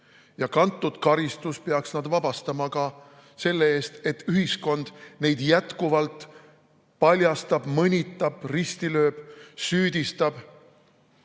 Ja kantud karistus peaks nad vabastama sellest, et ühiskond neid jätkuvalt paljastab, mõnitab, risti lööb, süüdistab.